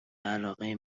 علاقه